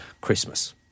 Christmas